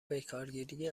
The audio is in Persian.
بکارگیری